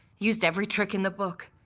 used every trick in the book.